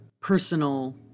personal